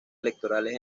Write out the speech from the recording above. electorales